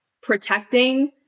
protecting